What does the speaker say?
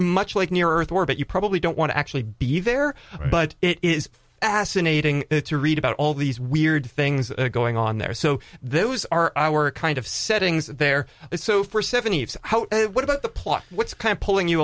much like near earth orbit you probably don't want to actually be there but it is asinine ating to read about all these weird thing going on there so those are our kind of settings there so for seventy five what about the plot what's kind of pulling you